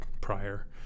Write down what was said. prior